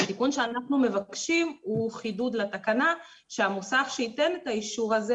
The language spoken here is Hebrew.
התיקון שאנחנו מבקשים הוא חידוד לתקנה שהמוסך שייתן את האישור הזה